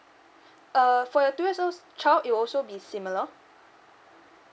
err for your two years old child it will also be similar